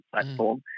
platform